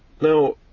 Now